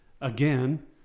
again